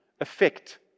effect